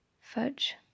fudge